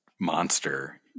monster